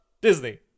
Disney